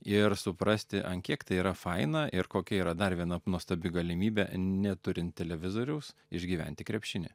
ir suprasti ant kiek tai yra faina ir kokia yra dar viena nuostabi galimybė neturint televizoriaus išgyventi krepšinį